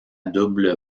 double